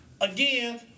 again